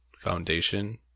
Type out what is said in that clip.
foundation